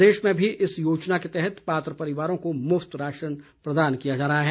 प्रदेश में भी इस योजना के तहत पात्र परिवारों को मुफ्त राशन प्रदान किया जा रहा है